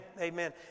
Amen